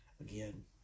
again